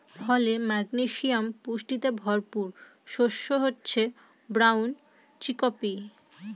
ফলে, ম্যাগনেসিয়াম পুষ্টিতে ভরপুর শস্য হচ্ছে ব্রাউন চিকপি